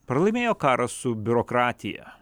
pralaimėjo karą su biurokratija